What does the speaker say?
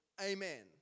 Amen